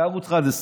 בערוץ 11?